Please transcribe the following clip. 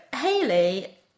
Hayley